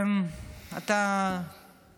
לא, לא.